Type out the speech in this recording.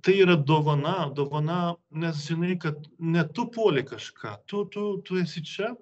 tai yra dovana dovana nes žinai kad ne tu puoli kažką tu tu tu esi čia